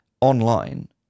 online